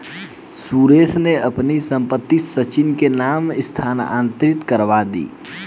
सुरेश ने अपनी संपत्ति सचिन के नाम स्थानांतरित करवा दी